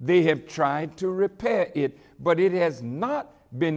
they have tried to repair it but it has not been